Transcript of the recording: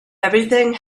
everything